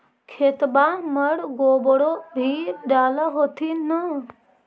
खेतबा मर गोबरो भी डाल होथिन न?